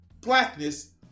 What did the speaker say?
blackness